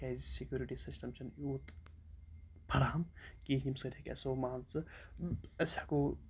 کیٛازِ security system چھُنہٕ یوٗت فَرہَم کینٛہہ ییٚمہِ سۭتۍ ہیٚکہِ ہا سُہ مان ژٕ أسۍ ہٮ۪کو